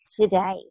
today